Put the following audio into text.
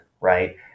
right